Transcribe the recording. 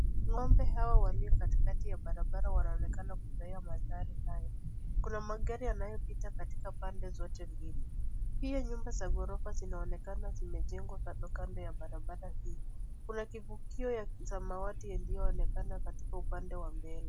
Ng'ombe hawa walio katikati ya barabara wanaonekana kufurahia mandhari haya. Kuna magari yanayopita katika pande zote mbili. Pia nyumba za ghorofa zinaonekana zimejengwa kando kando ya barabara hii. Kuna kivukio ya samawati iliyoonekana katika upande wa mbele.